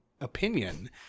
opinion